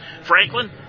Franklin